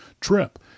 trip